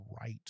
right